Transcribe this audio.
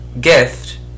gift